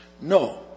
No